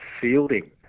fielding